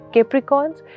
Capricorns